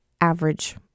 average